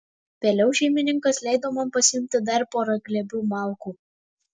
vėliau šeimininkas leido man pasiimti dar porą glėbių malkų